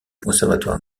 conservatoire